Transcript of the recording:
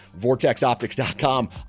VortexOptics.com